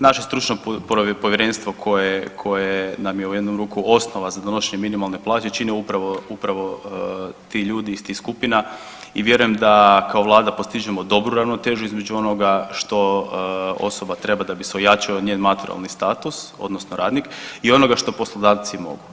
Naši stručno povjerenstvo koje, koje nam je u jednu ruku osnova za donošenje minimalne plaće čine upravo, upravo ti ljudi iz tih skupina i vjerujem da kao vlada postižemo dobru ravnotežu između onoga što osoba treba da bi se ojačao njen materijalni status odnosno radnik i onoga što poslodavci mogu.